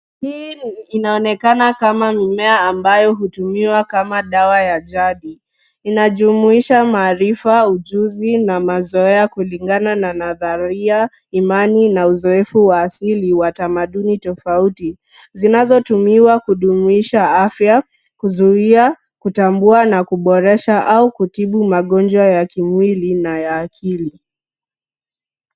Hii inaonekana kama mimea ambayo hutumiwa kama dawa ya jadi. Inajumuisha, maarifa, ujuzi na mazoea kulingana na nadharia, imani na uzoefu wa asili wa tamaduni tofauti zinazotumiwa kudumisha afya, kuzuia, kutambua na kuboresha au kutibu magonjwa ya kimwili na ya akili.